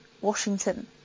Washington